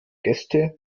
gäste